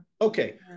okay